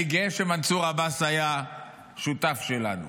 אני גאה שמנסור עבאס היה שותף שלנו.